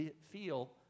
feel